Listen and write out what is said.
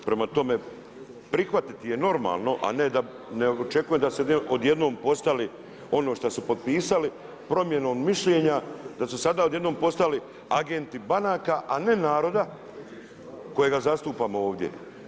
Prema tome, prihvatiti je normalno, a ne očekujem da su odjednom postali ono što su potpisali promjenom mišljenja, da su sada odjednom postali agenti banaka, a ne naroda kojega zastupamo ovdje.